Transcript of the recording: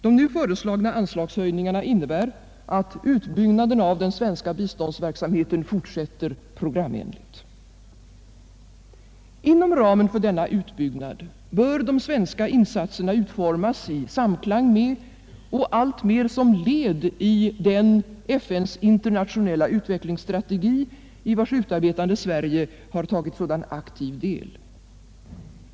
De nu föreslagna anslagshöjningarna innebär att utbyggnaden av den svenska biståndsverksamheten fortsätter programenligt. Inom ramen för denna utbyggnad bör de svenska insatserna utformas i samklang med och alltmer som led i den FN:s internationella utvecklingsstrategi, i vars utarbetande Sverige har tagit så aktiv del.